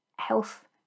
Health